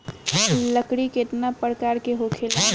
लकड़ी केतना परकार के होखेला